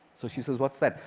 so she says, what's that?